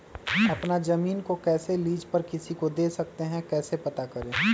अपना जमीन को कैसे लीज पर किसी को दे सकते है कैसे पता करें?